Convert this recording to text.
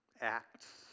acts